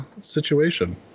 situation